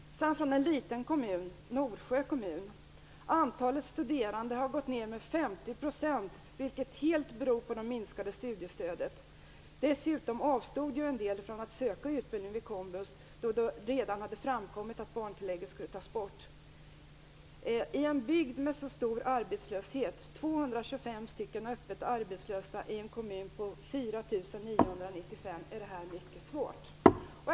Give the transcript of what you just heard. Uppgifterna från en liten kommun, Nordsjö kommun, visar att antalet studerande har gått ned med 50 %, vilket helt beror på det minskade studiestödet. Dessutom avstod en del från att söka utbildning vid komvux då det redan hade framkommit att barntillägget skulle tas bort. I en bygd med så stor arbetslöshet, 225 stycken öppet arbetslösa i en kommun med 4 995 personer, är det här mycket svårt.